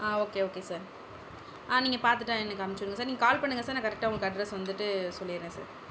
ஆ okay okay sir ஆ நீங்கள் பார்த்துட்டு எனக்கு அனுப்பிச்சுடுங்க சார் நீங்கள் கால் பண்ணுங்கள் சார் நான் கரெக்டாக உங்களுக்கு அட்ரெஸ் வந்துவிட்டு சொல்லிவிட்றேன் சார்